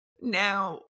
now